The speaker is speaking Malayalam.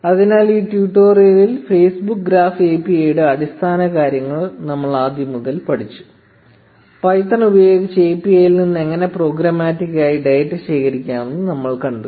അതിനാൽ ഈ ട്യൂട്ടോറിയലിൽ ഫേസ്ബുക്ക് ഗ്രാഫ് എപിഐയുടെ അടിസ്ഥാനകാര്യങ്ങൾ നമ്മൾ ആദ്യം മുതൽ പഠിച്ചു പൈത്തൺ ഉപയോഗിച്ച് എപിഐയിൽ നിന്ന് എങ്ങനെ പ്രോഗ്രാമാറ്റിക്കായി ഡാറ്റ ശേഖരിക്കാമെന്ന് നമ്മൾ കണ്ടു